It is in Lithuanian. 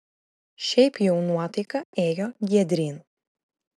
šiaip jau nuotaika ėjo giedryn